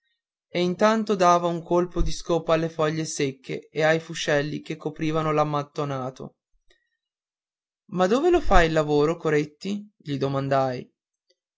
e intanto dava un colpo di scopa alle foglie secche e ai fuscelli che coprivano l'ammattonato ma dove lo fai il lavoro coretti gli domandai